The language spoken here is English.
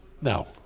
No